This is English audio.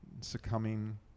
succumbing